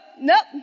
nope